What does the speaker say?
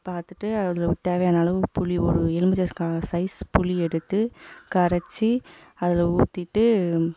பார்த்துட்டு அதில் தேவையான அளவு புளி ஒரு எலுமிச்சைக்கா சைஸ் புளி எடுத்து கரைத்து அதில் ஊத்திவிட்டு